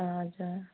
हजुर